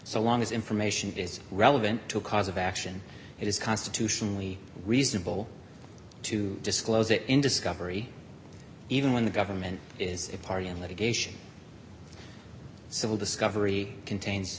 so long as information is relevant to a cause of action it is constitutionally reasonable to disclose it in discovery even when the government is a party in litigation civil discovery contains